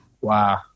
Wow